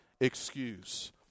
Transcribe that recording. excuse